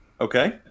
Okay